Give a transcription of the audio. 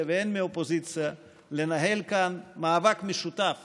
והן מהאופוזיציה לנהל כאן מאבק משותף